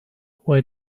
why